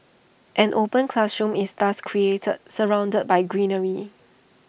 an open classroom is thus created surrounded by greenery